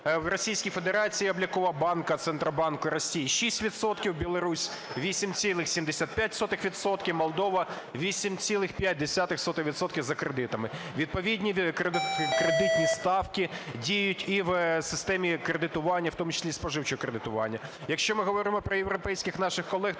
в Російській Федерації облікова ставка Центробанку Росії – 6 відсотків, Білорусь – 8,75 відсотка, Молдова – 8,05 відсотка за кредитами. Відповідні кредитні ставки діють і в системі кредитування, в тому числі і споживчого кредитування. Якщо ми говоримо про європейських наших колег,